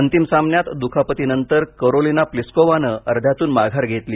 अंतिम सामन्यात दुखापतीनंतर करोलिना प्लिस्कोवाने अर्ध्यातून माघार घेतली